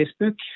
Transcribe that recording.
Facebook